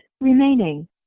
remaining